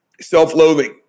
self-loathing